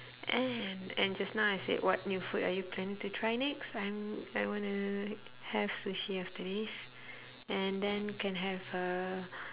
and and just now I said what new food are you planning to try next I'm I wanna have sushi after this and then can have uh